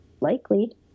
likely